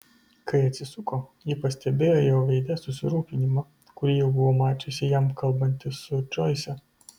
kai atsisuko ji pastebėjo jo veide susirūpinimą kurį jau buvo mačiusi jam kalbantis su džoise